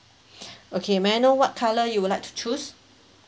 okay may I know what colour you would like to choose